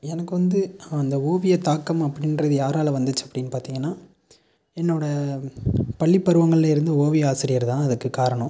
எனக்கு வந்து அந்த ஓவிய தாக்கம் அப்படின்றது யாரால் வந்துச்சு அப்படின்னு பார்த்திங்கன்னா என்னோட பள்ளி பருவங்கள்லிருந்து ஓவிய ஆசிரியர் தான் அதற்கு காரணம்